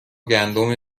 گندم